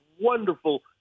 wonderful